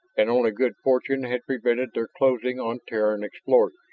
and only good fortune had prevented their closing on terran explorers.